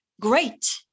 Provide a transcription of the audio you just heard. Great